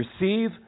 Receive